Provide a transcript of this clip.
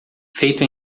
feito